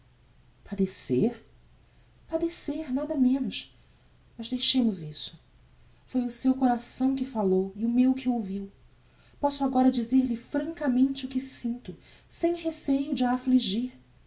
dias padecer padecer nada menos mas deixemos isso foi o seu coração que falou e o meu que ouviu posso agora dizer-lhe francamente o que sinto sem receio de a affligir